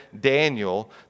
Daniel